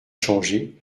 changé